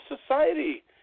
society